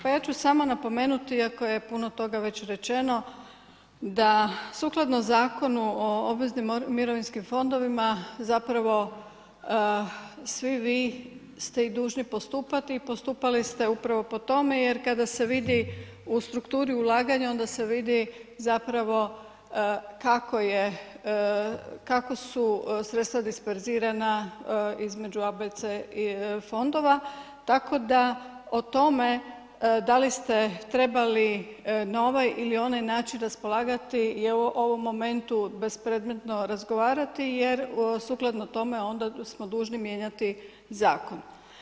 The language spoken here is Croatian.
Pa ja ću samo napomenuti iako je puno toga već rečeno da sukladno Zakonu o obveznim mirovinskim fondovima, zapravo svi vi ste i dužni postupati i postupali ste upravo tome jer kada se vidi u strukturi ulaganja onda se vidi zapravo kako su sredstva disperzirana između ABC fondova, tako da o tome da li ste trebali na ovaj ili onaj način raspolagati je u ovom momentu bespredmetno razgovarati jer sukladno tome onda tu smo dužni mijenjati zakon.